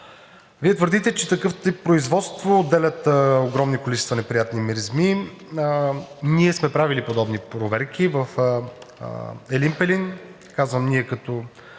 Вие твърдите, че такъв тип производства отделят огромни количества неприятни миризми. Ние сме правили подобни проверки в Елин Пелин, казвам ние, като